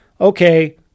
okay